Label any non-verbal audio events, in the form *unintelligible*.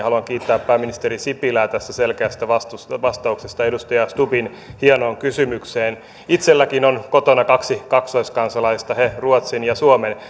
*unintelligible* haluan kiittää pääministeri sipilää tässä selkeästä vastauksesta edustaja stubbin hienoon kysymykseen itsellänikin on kotona kaksi kaksoiskansalaista he ovat ruotsin ja suomen *unintelligible*